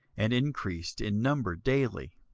and increased in number daily.